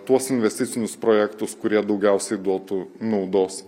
tuos investicinius projektus kurie daugiausiai duotų naudos